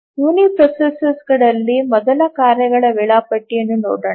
ಯುನಿಪ್ರೊಸೆಸರ್ಗಳಲ್ಲಿ ಮೊದಲ ಕಾರ್ಯಗಳ ವೇಳಾಪಟ್ಟಿಯನ್ನು ನೋಡೋಣ